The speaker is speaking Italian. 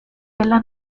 della